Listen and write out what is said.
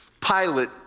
Pilate